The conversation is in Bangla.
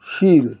শীল